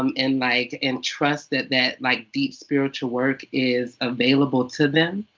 um and like entrust that that like deep spiritual work is available to them,